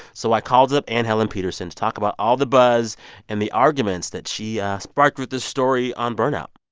so i called up anne helen petersen to talk about all the buzz and the arguments that she sparked with this story on burnout